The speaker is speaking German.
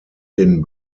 den